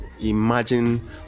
imagine